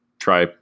try